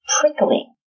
prickling